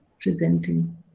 Presenting